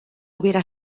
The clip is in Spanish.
hubiera